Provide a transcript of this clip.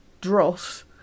dross